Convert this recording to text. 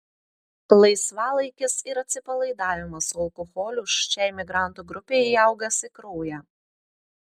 laisvalaikis ir atsipalaidavimas su alkoholiu šiai migrantų grupei įaugęs į kraują